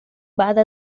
بعد